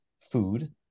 food